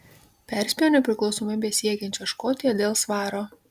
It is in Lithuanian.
perspėjo nepriklausomybės siekiančią škotiją dėl svaro